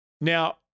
Now